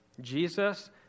Jesus